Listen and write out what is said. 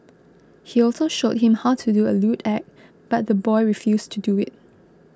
he also showed him how to do a lewd act but the boy refused to do it